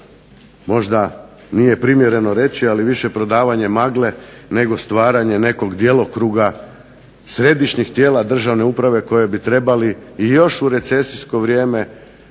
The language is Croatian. možda nije primjereno reći, više prodavanje magle nego stvaranje jednog djelokruga tijela državne uprave koje bi trebali još u recesijsko vrijeme